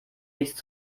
nichts